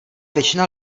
většina